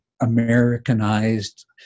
Americanized